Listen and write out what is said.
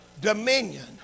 Dominion